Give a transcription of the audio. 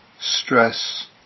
stress